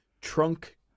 trunk